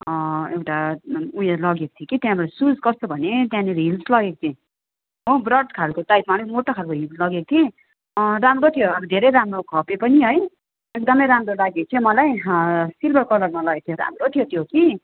एउटा उयो लगेको थियो कि त्यहाँबाट सुज कस्तो भने त्यहाँनेरि हिल्स लगेको थिएँ हो ब्रोड खाले टाइपमा अलिक मोटो खाले हिल्स लगेको थिएँ राम्रो थियो धेरै राम्रो खप्यो पनि है एकदम राम्रो लगाएको थियो मलाई सिल्भर कलरमा लगेको थियो राम्रो थियो कि